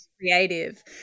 creative